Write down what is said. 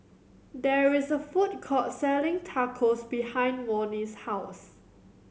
there is a food court selling Tacos behind Monnie's house